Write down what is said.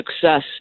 success